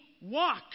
walk